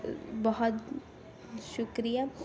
بہت شکریہ